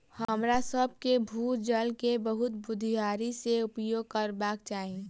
हमरासभ के भू जल के बहुत बुधियारी से उपयोग करबाक चाही